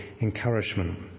encouragement